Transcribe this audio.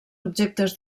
objectes